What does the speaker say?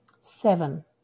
seven